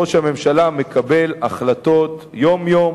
ראש הממשלה מקבל החלטות יום-יום,